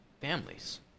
families